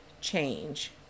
change